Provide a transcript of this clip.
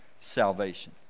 salvation